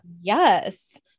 yes